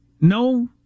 no